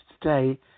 today